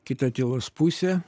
kita tylos pusė